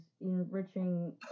enriching